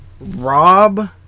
Rob